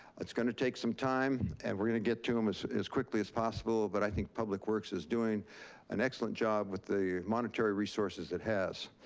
it's gonna take some time, and we're gonna get to them as quickly as possible, but i think public works is doing an excellent job with the monetary resources it has.